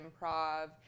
Improv